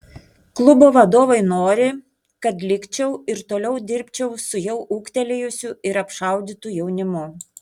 klubo vadovai nori kad likčiau ir toliau dirbčiau su jau ūgtelėjusiu ir apšaudytu jaunimu